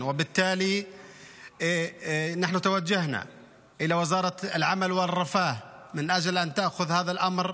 וגם היה צריך להעביר כבר מזמן ליחידת מגן.